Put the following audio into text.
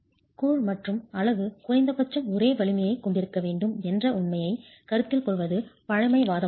கூழ் மற்றும் அலகு குறைந்தபட்சம் ஒரே வலிமையைக் கொண்டிருக்க வேண்டும் என்ற உண்மையைக் கருத்தில் கொள்வது பழமைவாதமாகும்